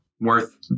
worth